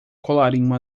colarinho